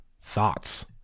thoughts